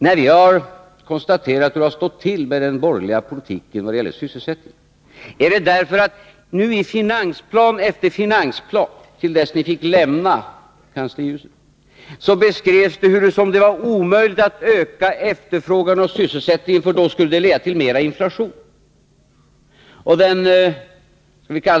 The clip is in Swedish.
När vi har konstaterat hur det har stått till med den borgerliga politiken i fråga om sysselsättningen, så är det därför att det i finansplan efter finansplan, till dess ni fick lämna kanslihuset, beskrevs hur det var omöjligt att öka efterfrågan och sysselsättningen, för det skulle leda till mera inflation.